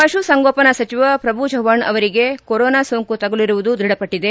ಪಶು ಸಂಗೋಪನಾ ಸಚಿವ ಪ್ರಭು ಚವ್ವಾಣ್ ಅವರಿಗೆ ಕೊರೋನಾ ಸೋಂಕು ತಗುಲಿರುವುದು ದೃಢಪಟ್ಟದೆ